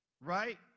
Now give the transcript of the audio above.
right